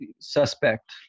suspect